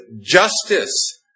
justice